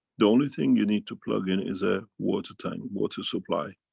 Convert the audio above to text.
the only thing you need to plus in is a water tank, water supply.